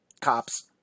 cops